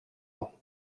ans